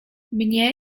mnie